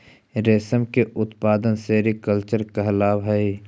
रेशम के उत्पादन सेरीकल्चर कहलावऽ हइ